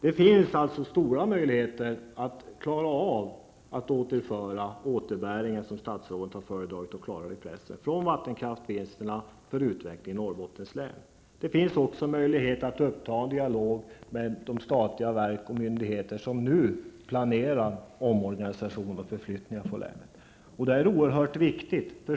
Det finns alltså stora möjligheter att klara av att återföra återbäringen, som statsrådet har föredragit att kalla det i pressen, från vattenkraftsvinsterna till utveckling i Norrbottens län. Det finns också möjlighet att ta upp en dialog med de statliga verk och myndigheter som nu planerar omorganisation och förflyttningar från länet. Detta är oerhört viktigt.